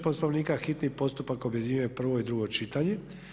Poslovnika hitni postupak objedinjuje prvo i drugo čitanje.